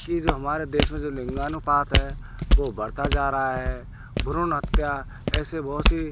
कि जो हमारे देश में जो लिंगानुपात है वह बढ़ता जा रहा है भ्रूण हत्या ऐसे बहुत सी